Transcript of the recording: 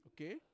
Okay